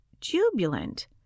jubilant